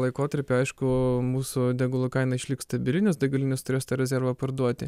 laikotarpį aišku mūsų degalų kaina išliks stabili nes degalinės turės tą rezervą parduoti